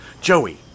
Joey